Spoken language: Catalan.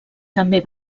també